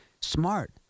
Smart